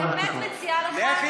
אני באמת מציעה לך, בבקשה, חמש דקות.